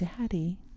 daddy